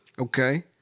Okay